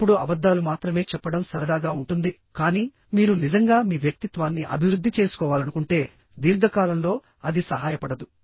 ఇప్పుడు అబద్ధాలు మాత్రమే చెప్పడం సరదాగా ఉంటుంది కానీ మీరు నిజంగా మీ వ్యక్తిత్వాన్ని అభివృద్ధి చేసుకోవాలనుకుంటే దీర్ఘకాలంలో అది సహాయపడదు